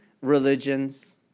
religions